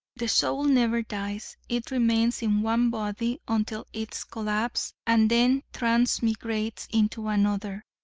the soul never dies it remains in one body until its collapse and then transmigrates into another.